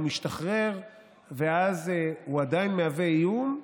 הוא משתחרר ואז הוא עדיין מהווה איום,